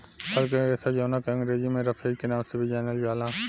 फल के रेशा जावना के अंग्रेजी में रफेज के नाम से भी जानल जाला